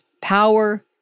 power